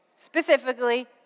specifically